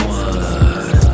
one